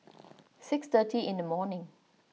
six thirty in the morning